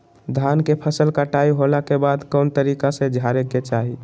धान के फसल कटाई होला के बाद कौन तरीका से झारे के चाहि?